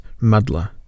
muddler